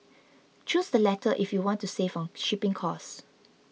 choose the latter if you want to save on shipping cost